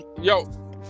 yo